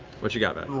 what you got?